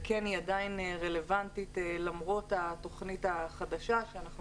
והיא עדיין רלוונטית למרות התוכנית החדשה שאנחנו